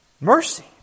Mercy